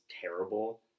terrible